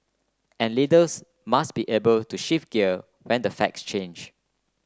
and leaders must be able to shift gear when the facts change